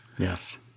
Yes